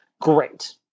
Great